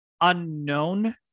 unknown